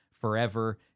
forever